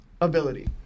ability